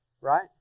right